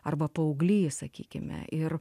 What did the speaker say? arba paauglys sakykime ir